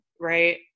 right